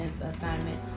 assignment